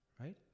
Right